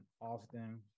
often